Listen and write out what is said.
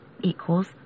equals